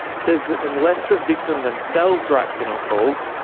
says that unless the victim themselves writes in or calls,